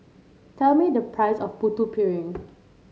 tell me the price of Putu Piring